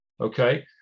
okay